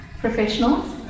professionals